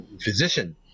physician